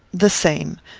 the same.